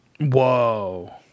Whoa